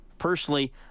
Personally